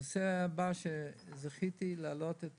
הנושא הבא הוא שזכיתי להגדיל את